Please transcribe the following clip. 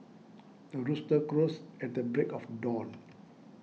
the rooster crows at the break of dawn